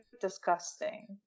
disgusting